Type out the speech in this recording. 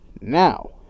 Now